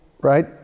right